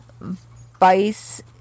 vice